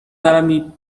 دارم